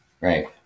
Right